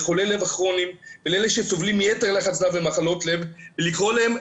לחולי הלב הכרוניים ולאלה שסובלים מיתר לחץ דם וממחלות לב ולקרוא להם,